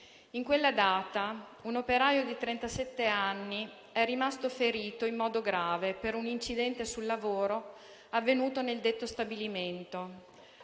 In quella data un operaio di trentasette anni è rimasto ferito in modo grave per un incidente sul lavoro avvenuto nel detto stabilimento.